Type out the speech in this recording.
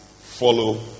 Follow